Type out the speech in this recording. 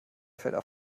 felder